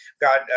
Got